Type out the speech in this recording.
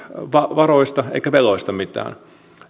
varoista eikä veloista mitään